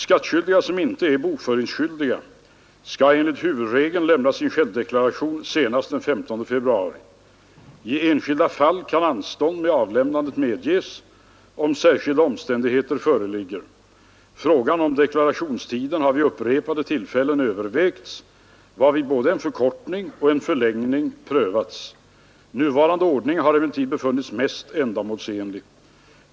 Skattskyldiga som inte är bokföringsskyldiga skall enligt huvudregeln lämna sin självdeklaration senast den 15 februari. I enskilda fall kan anstånd med avlämnandet medges om särskilda omständigheter föreligger. Frågan om deklarationstiden har vid upprepade tillfällen övervägts varvid både en förkortning och en förlängning prövats. Nuvarande ordning har emellertid befunnits mest ändamålsenlig.